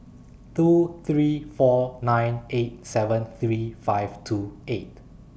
two three four nine eight seven three five two eight